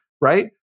right